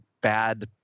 bad